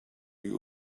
you